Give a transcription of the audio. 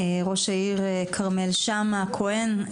ראש העיר כרמל שאמה כהן,